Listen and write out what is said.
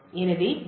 எனவே டி